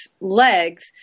legs